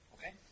Okay